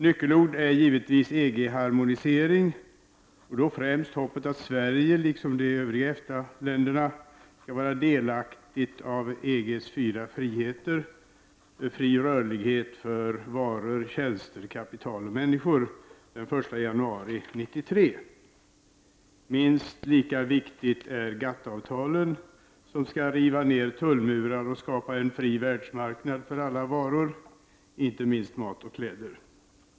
Nyckelord är givetvis EG-harmonisering, och då främst hoppet att Sverige liksom det övriga EFTA skall vara delaktigt av EG:s fyra friheter — fri rörlighet för varor, tjänster, kapital och människor — den 1 januari 1993. Minst lika viktigt är GATT-avtalen, som skall riva ned tullmurar och skapa en fri världsmarknad för alla varor, inte minst mat och kläder.